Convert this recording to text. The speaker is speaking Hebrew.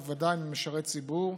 ובוודאי על משרת ציבור,